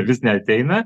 vis neateina